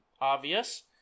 obvious